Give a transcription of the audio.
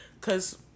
cause